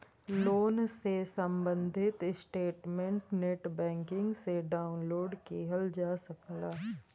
loan से सम्बंधित statement net banking से डाउनलोड किहल जा सकला